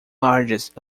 largest